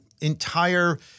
entire